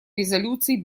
резолюций